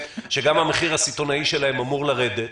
שגם המחיר הסיטונאי שלהם אמור לרדת,